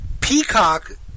Peacock